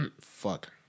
Fuck